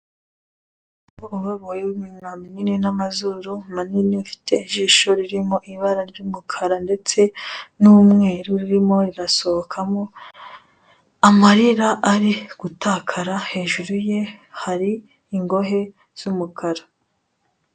Umugabo w'iminwa minini n'amazuru manini ufite ijisho ririmo ibara ry'umukara ndetse n'umweru ririmo rirasohokamo amarira ari gutakara. Hejuru ye hari ingohe z'umukara.